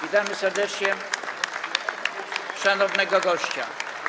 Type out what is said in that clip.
Witamy serdecznie szanownego gościa.